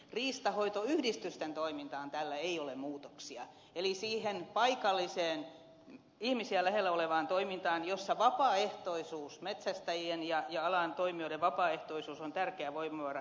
riistanhoitoyhdistysten toimintaan tällä ei tule muutoksia eli siihen paikalliseen ihmisiä lähellä olevaan toimintaan jossa metsästäjien ja alan toimijoiden vapaaehtoisuus on tärkeä voimavara